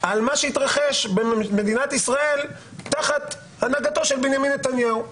על מה שהתרחש במדינת ישראל תחת הנהגתו של בנימין נתניהו.